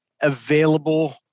available